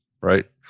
right